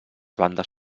bandes